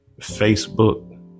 Facebook